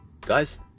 guys